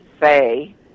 say